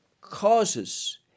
causes